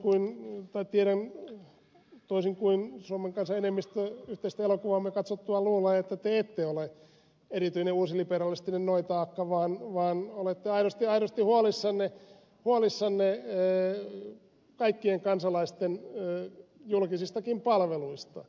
kyllä minä tiedän toisin kuin suomen kansan enemmistö yhteistä elokuvaamme katsottuaan luulee että te ette ole erityinen uusliberalistinen noita akka vaan olette aidosti huolissanne kaikkien kansalaisten julkisistakin palveluista